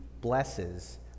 blesses